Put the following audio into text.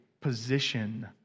position